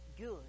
Good